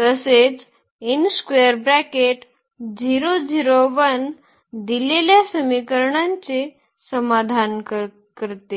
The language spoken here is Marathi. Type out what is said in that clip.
तसेच दिलेल्या समीकरणांचे समाधान करते